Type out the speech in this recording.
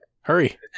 Hurry